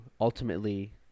ultimately